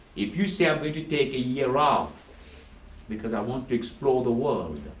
if you say, i'm going to take a year off because i want to explore the world,